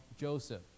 joseph